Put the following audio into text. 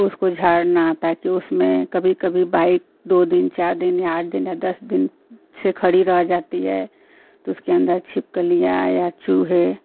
उसको झाड़ना ताकि उसमें कभी कभी बाइक़ दो दिन चार दिन या आठ दिन या दस दिन से खड़ी रह जाती है तो उसके अन्दर छिपकलियाँ या चूहे